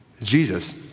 Jesus